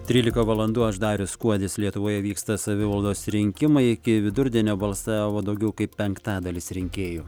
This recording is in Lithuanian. trylika valandų aš darius kuodis lietuvoje vyksta savivaldos rinkimai iki vidurdienio balsavo daugiau kaip penktadalis rinkėjų